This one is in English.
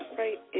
right